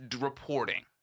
reporting